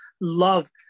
love